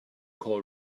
call